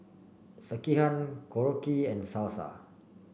Sekihan Korokke and Salsa